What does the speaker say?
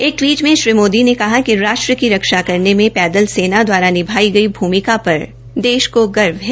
एक टवीट में श्री मोदी ने कहा कि राष्ट्र की रक्षा करने में पैदल सेना दवारा निभाई गई भूमिका पर देश को गर्व है